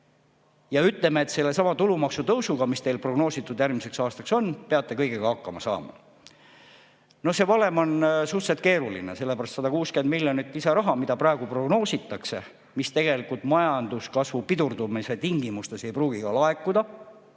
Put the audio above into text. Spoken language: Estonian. ja ütleme, et sellesama tulumaksu tõusuga, mis teil on prognoositud järgmiseks aastaks, peate kõigega hakkama saama. No see valem on suhteliselt keeruline. Selle 160 miljoni lisa[euro] abil, mida praegu prognoositakse, aga mis majanduskasvu pidurdumise tingimustes ei pruugi tegelikult